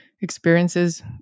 experiences